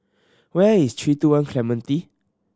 where is Three Two One Clementi